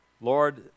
Lord